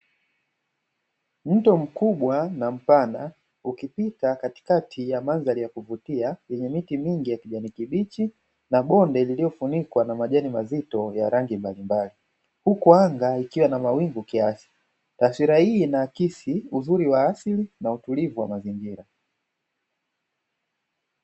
Mto mkubwa na mpana, ukipita katikati ya mandhari ya kuvutia yenye miti mingi ya kijani kibichi, na bonde lililofunikwa na majani mazito ya rangi mbalimbali, huku anga ikiwa na mawingu kiasi. Taswira hii inaakisi uzuri wa asili na utulivu wa mazingira.